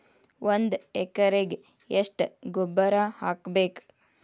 ಒಂದ್ ಎಕರೆಗೆ ಎಷ್ಟ ಗೊಬ್ಬರ ಹಾಕ್ಬೇಕ್?